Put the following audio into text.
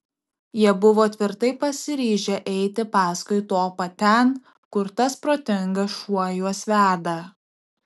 jie buvo tvirtai pasiryžę eiti paskui topą ten kur tas protingas šuo juos veda